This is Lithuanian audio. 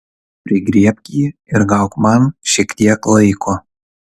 prigriebk jį ir gauk man šiek tiek laiko